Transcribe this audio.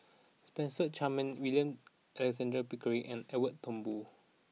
Spencer Chapman William Alexander Pickering and Edwin Thumboo